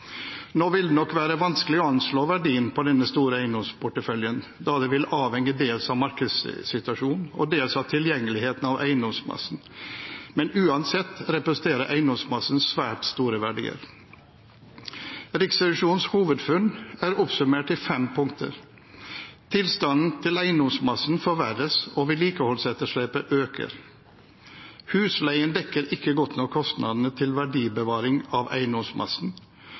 Nå vil det nok være vanskelig å anslå verdien av denne store eiendomsporteføljen, da den vil avhenge dels av markedssituasjonen og dels av tilgjengeligheten til eiendomsmassen. Men uansett representerer eiendomsmassen svært store verdier. Riksrevisjonens hovedfunn er oppsummert i fem punkter: Tilstanden til eiendomsmassen forverres, og vedlikeholdsetterslepet øker. Husleien dekker ikke godt nok kostnadene til verdibevaring av eiendomsmassen.